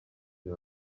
you